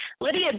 Lydia